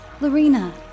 Lorena